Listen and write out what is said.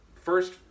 first